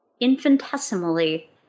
infinitesimally